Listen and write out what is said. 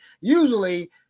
Usually